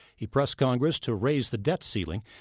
he pressed congress to raise the debt ceiling.